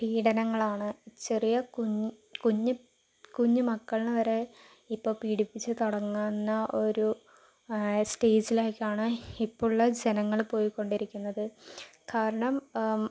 പീഡനങ്ങൾ ആണ് ചെറിയ കുഞ്ഞു കുഞ്ഞ് കുഞ്ഞ് മക്കളെ വരെ ഇപ്പോൾ പീഡിപ്പിച്ചു തുടങ്ങുന്ന ഒരു സ്റ്റേജിലേക്കാണ് ഇപ്പോൾ ഉള്ള ജനങ്ങൾ പോയിക്കൊണ്ടിരിക്കുന്നത് കാരണം